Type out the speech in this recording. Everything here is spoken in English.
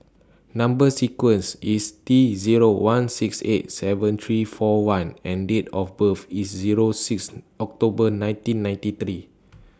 Number sequence IS T Zero one six eight seven three four one and Date of birth IS Zero six October nineteen ninety three